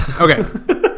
Okay